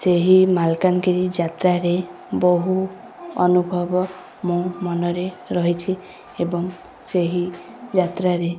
ସେହି ମାଲକାନଗିରି ଯାତ୍ରାରେ ବହୁ ଅନୁଭବ ମୁଁ ମନରେ ରହିଛି ଏବଂ ସେହି ଯାତ୍ରାରେ